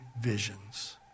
visions